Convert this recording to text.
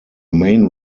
main